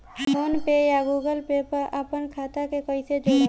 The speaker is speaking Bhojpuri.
फोनपे या गूगलपे पर अपना खाता के कईसे जोड़म?